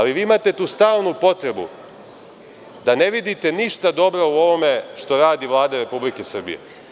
Vi imate tu stalnu potrebu da ne vidite ništa dobro u ovome što radi Vlada Republike Srbije.